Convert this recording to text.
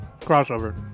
crossover